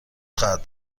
خواهد